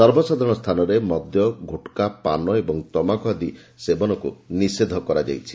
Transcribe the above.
ସର୍ବସାଧାରଣ ସ୍ଥାନରେ ମଦ୍ୟ ଗୁଟ୍ଖା ପାନ ଓ ତମାଖୁ ଆଦି ସେବନ ନିଷେଧ କରାଯାଇଛି